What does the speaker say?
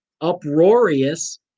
uproarious